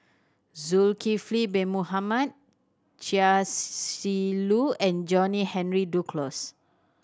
Zulkifli Bin Mohamed Chia Shi Lu and John Henry Duclos